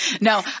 No